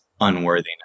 unworthiness